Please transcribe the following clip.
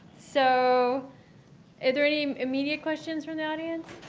so and there any media questions from the audience?